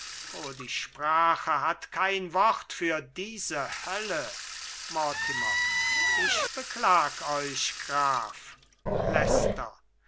die sprache hat kein wort für diese hölle mortimer ich beklag euch graf